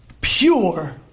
pure